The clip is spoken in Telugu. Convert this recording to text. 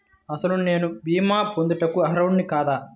అసలు నేను భీమా పొందుటకు అర్హుడన కాదా?